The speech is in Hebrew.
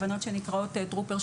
הבנות שנקראות "טרופר-שלמה",